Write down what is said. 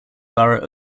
borough